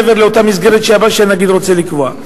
מעבר לאותה מסגרת שהנגיד רוצה לקבוע.